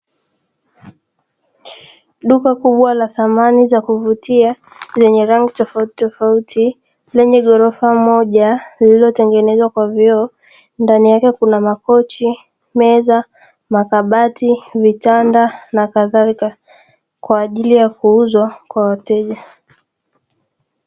Duka kubwa la samani za kuvutia zenye rangi tofautitofauti, lenye ghorofa moja, lililotengenezwa kwa vioo, ndani yake kuna makochi, meza, makabati, vitanda na kadhalika kwa ajili ya kuuzwa kwa wateja.